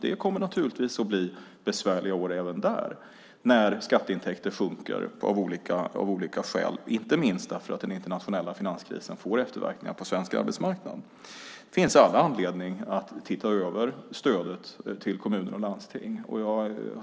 Det kommer naturligtvis att bli besvärliga år även där när skatteintäkter sjunker av olika skäl, inte minst därför att den internationella finanskrisen får efterverkningar på svensk arbetsmarknad. Det finns all anledning att se över stödet till kommuner och landsting.